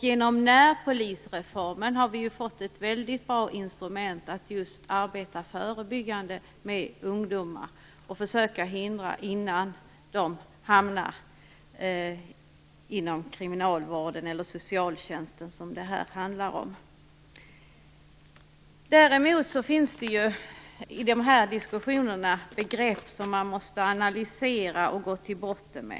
Genom närpolisreformen har vi fått ett väldigt bra instrument för att arbeta förebyggande med ungdomar och försöka förhindra att de hamnar inom kriminalvården eller socialtjänsten som det här handlar om. Däremot finns det i de här diskussionerna begrepp som man måste analysera och gå till botten med.